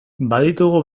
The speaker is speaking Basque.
baditugu